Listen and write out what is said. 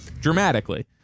dramatically